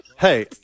Hey